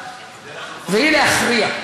והיא להכריע.